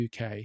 UK